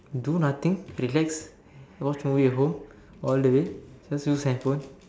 do nothing relax watch movie at home all the way just use hand phone